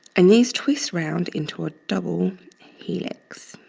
and these twist round into a double helix.